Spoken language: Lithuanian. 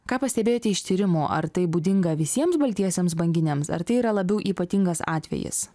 ką pastebėjote iš tyrimų ar tai būdinga visiems baltiesiems banginiams ar tai yra labiau ypatingas atvejis